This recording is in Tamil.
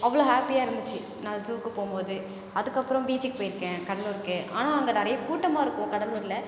அவ்வளோ ஹாப்பியாக இருந்துச்சு நான் ஜூக்கு போகும்போது அதுக்கப்புறம் பீச்சுக்கு போயிருக்கேன் கடலூருக்கு ஆனால் அங்கே நிறைய கூட்டமாக இருக்கும் கடலூர்ல